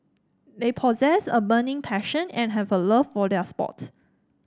they possess a burning passion and have a love for their sport